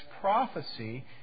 prophecy